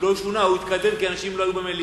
הוא לא שונה, הוא התקדם, כי אנשים לא היו במליאה.